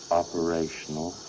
operational